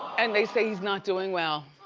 and they say he's not doing well.